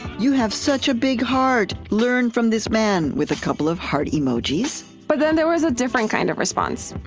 you have such a big heart. learn from this man with a couple of heart emojis but then there was a different kind of response.